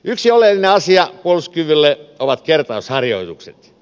yksi oleellinen asia puolustuskyvylle ovat kertausharjoitukset